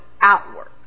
outward